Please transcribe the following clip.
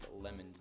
lemon